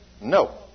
No